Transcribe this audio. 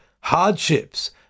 hardships